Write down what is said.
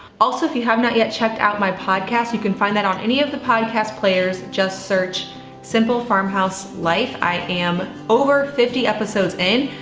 also if you have not yet checked out my podcast, you can find that on any of the podcast players, just search simple farmhouse life. i am over fifty episodes in,